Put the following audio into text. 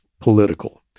political